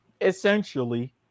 Essentially